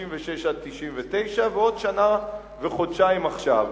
מ-1996 עד 1999 ועוד שנה וחודשיים עכשיו.